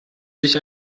sich